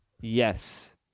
Yes